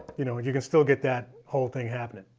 you know, and you can still get that whole thing happening.